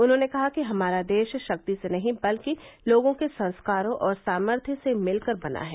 उन्होंने कहा कि हमारा देश शक्ति से नहीं बल्कि लोगों के संस्कारों और सामर्थय से मिलकर बना है